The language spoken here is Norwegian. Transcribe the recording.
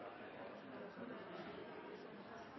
helheten, så det er